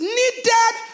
needed